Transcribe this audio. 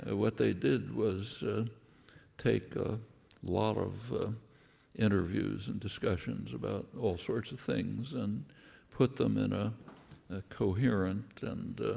ah what they did was take a lot of interviews and discussions about all sorts of things and put them in ah a coherent and,